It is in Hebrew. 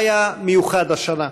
מה היה מיוחד השנה?